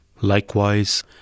Likewise